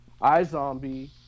iZombie